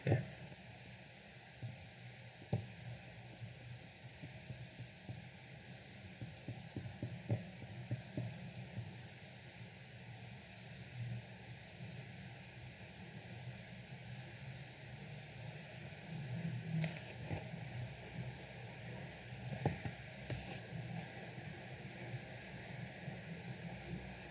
ya